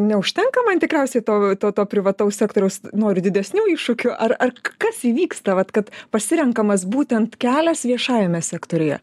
neužtenka man tikriausiai to to to privataus sektoriaus noriu didesnių iššūkių ar ar kas įvyksta vat kad pasirenkamas būtent kelias viešajame sektoriuje